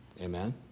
Amen